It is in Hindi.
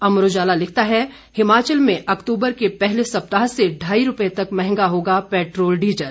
अमर उजाला लिखता है हिमाचल में अक्तूबर के पहले सप्ताह से ढाई रुपये तक महंगा होगा पेट्रोल डीजल